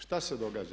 Što se događa?